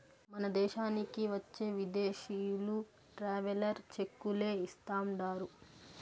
మన దేశానికి వచ్చే విదేశీయులు ట్రావెలర్ చెక్కులే ఇస్తాండారు